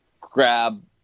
grab